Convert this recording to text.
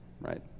right